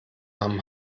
nahm